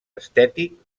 estètic